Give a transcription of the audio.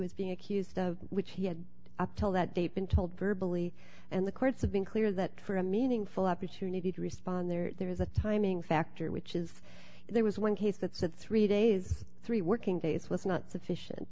was being accused of which he had up till that they've been told verbally and the courts have been clear that for a meaningful opportunity to respond there's a timing factor which is there was one case that said three days three working days was not sufficient